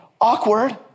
Awkward